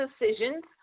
decisions